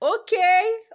okay